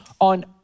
on